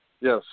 Yes